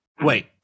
Wait